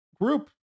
group